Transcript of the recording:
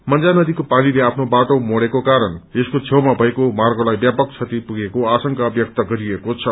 मंजा नदीको पानीले आफ्नो बाटो मोड़ेको कारण यसको छेउमा भएको मार्गलाई व्यापक क्षति पुगेको आशंका व्यक्त गरिएको छ